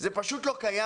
שם זה לא קיים.